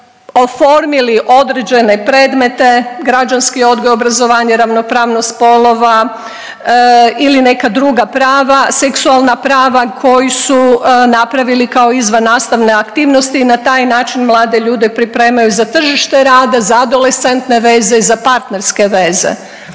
oformili određene predmete, građanski odgoj i obrazovanje, ravnopravnost spolova ili neka druga prava, seksualna prava koja su napravili kao izvan nastavne aktivnosti i na taj način mlade ljude pripremaju za tržište rada, za adolescentne veze, za partnerske veze.